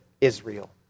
Israel